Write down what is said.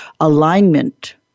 alignment